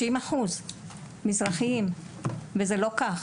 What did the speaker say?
30% של שופטים מזרחיים, כי זה לא כך